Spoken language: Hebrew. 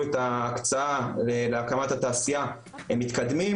את ההקצאה להקמת התעשייה הם מתקדמים,